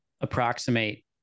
approximate